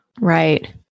Right